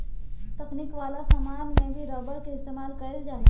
तकनीक वाला समान में भी रबर के इस्तमाल कईल जाता